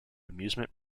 amusement